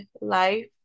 life